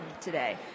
today